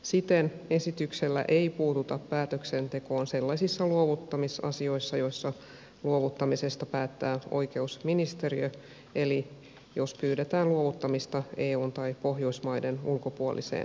siten esityksellä ei puututa päätöksentekoon sellaisissa luovuttamisasioissa joissa luovuttamisesta päättää oikeusministeriö eli jos pyydetään luovuttamista eun tai pohjoismaiden ulkopuoliseen valtioon